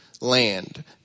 land